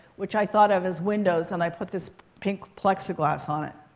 which i thought of as windows. and i put this pink plexiglas on it.